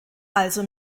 also